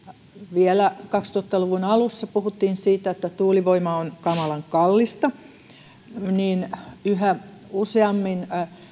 vielä kaksituhatta luvun alussa puhuttiin siitä että tuulivoima on kamalan kallista niin yhä useammin